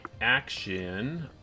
action